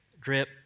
drip